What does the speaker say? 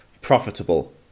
profitable